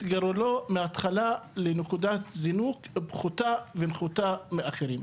גורלו מהתחלה לנקודת זינוק פחותה ונחותה מאחרים.